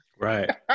Right